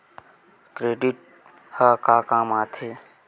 Credit ह का काम आथे?